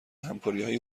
همکاریهایی